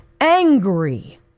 angry